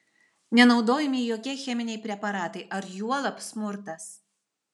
nenaudojami jokie cheminiai preparatai ar juolab smurtas